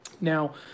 Now